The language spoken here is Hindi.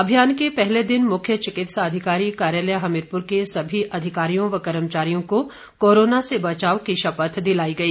अभियान के पहले दिन मुख्य चिकित्सा अधिकारी कार्यालय हमीरपुर के सभी अधिकारियों व कर्मचारियों को कोरोना से बचाव की शपथ दिलाई गई